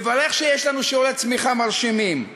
מברך שיש לנו שיעורי צמיחה מרשימים.